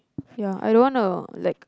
ya I don't wanna like